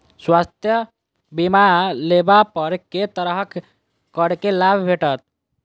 स्वास्थ्य बीमा लेबा पर केँ तरहक करके लाभ भेटत?